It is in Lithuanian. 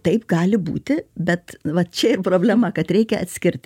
taip gali būti bet va čia ir problema kad reikia atskirti